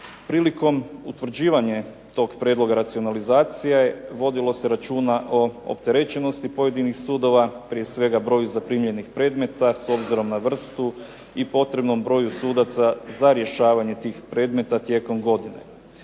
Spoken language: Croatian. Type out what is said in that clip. Prilikom utvrđivanja tog prijedloga racionalizacije vodilo se računa o opterećenosti pojedinih sudova, prije svega broju zaprimljenih predmeta s obzirom na vrstu i potrebnom broju sudaca za rješavanje tih predmeta tijekom godine.